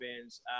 bands